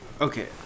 Okay